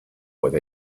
with